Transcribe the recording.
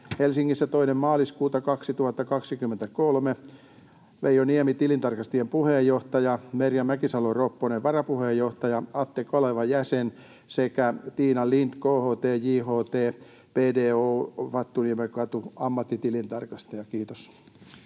Helsingissä 2. maaliskuuta 2023. Veijo Niemi, tilintarkastajien puheenjohtaja, Merja Mäkisalo-Ropponen, varapuheenjohtaja, Atte Kaleva, jäsen, sekä Tiina Lind, KHT, JHT, BDO Oy, ammattitilintarkastaja.” — Kiitos.